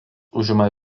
užima